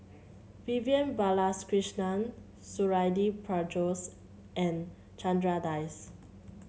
Vivian Balakrishnan Suradi Parjo's and Chandra Das